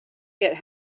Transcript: get